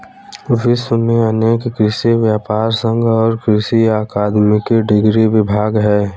विश्व में अनेक कृषि व्यापर संघ और कृषि अकादमिक डिग्री विभाग है